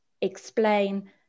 explain